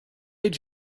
did